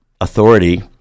authority